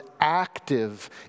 active